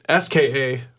SKA